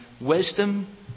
wisdom